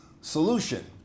solution